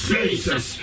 Jesus